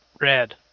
Red